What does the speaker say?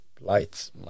lights